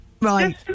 Right